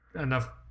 enough